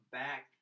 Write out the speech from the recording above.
back